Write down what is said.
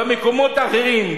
במקומות האחרים,